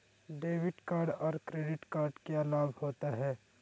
Debit card और credit card क्या लाभ होता है?